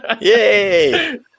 yay